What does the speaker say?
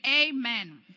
amen